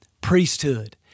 priesthood